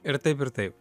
ir taip ir taip